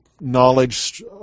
knowledge